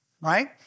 right